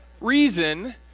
Reason